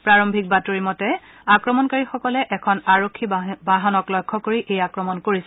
প্ৰাৰম্ভিক বাতৰিৰ মতে আক্ৰমণকাৰীসকলে এখন আৰক্ষী বাহনক লক্ষ্য কৰি এই আক্ৰমণ কৰিছিল